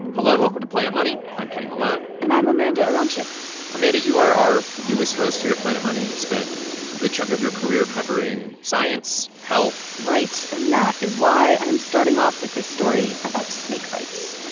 hello, and welcome to planet money. i'm kenny malone and i'm amanda aronczyk amanda, you are our newest host here at planet money. you've spent a good chunk of your career covering science, health right. and that is why i am starting off with this story about snakebites.